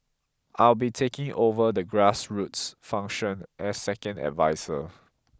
I'll be taking over the grassroots function as second adviser